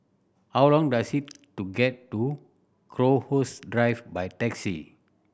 how long does it to get to Crowhurst Drive by taxi